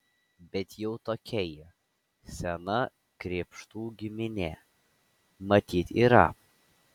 bet jau tokia ji sena krėpštų giminė matyt yra